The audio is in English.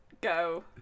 go